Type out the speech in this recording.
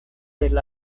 del